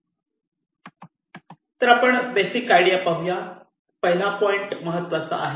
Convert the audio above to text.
तर आपण basic idea पाहूया पहिला पॉईंट महत्वाचा आहे